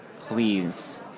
Please